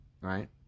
Right